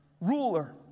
ruler